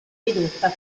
ridotta